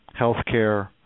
healthcare